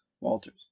walters